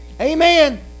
Amen